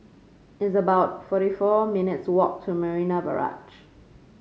it's about forty four minutes' walk to Marina Barrage